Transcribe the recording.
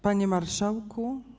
Panie Marszałku!